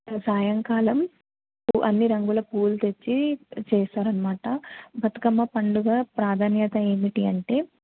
సాయంకాలం అన్ని రంగుల పూలు తెచ్చి చేస్తారన్నమాట బతుకమ్మ పండుగ ప్రాధాన్యత ఏమిటి అంటే